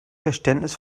verständnis